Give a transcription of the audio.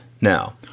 Now